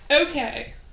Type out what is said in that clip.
Okay